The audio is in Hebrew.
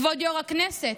כבוד היושב-ראש,